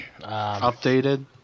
Updated